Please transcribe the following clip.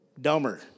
dumber